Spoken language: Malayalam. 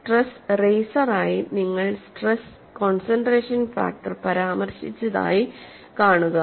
സ്ട്രെസ് റെയ്സറായി നിങ്ങൾ സ്ട്രെസ് കോൺസൺട്രേഷൻ ഫാക്ടർ പരാമർശിച്ചതായി കാണുക